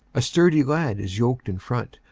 a sturdy lad is yoked in front,